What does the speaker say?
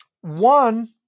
One